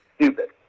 stupid